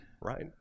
right